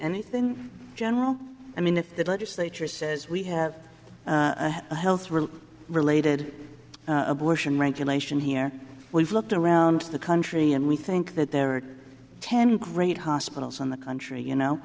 anything general i mean if the legislature says we have a health really related abortion regulation here we've looked around the country and we think that there are ten great hospitals in the country you know